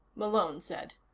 malone said,